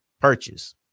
purchase